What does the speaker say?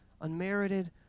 unmerited